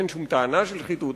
אין שום טענה של שחיתות,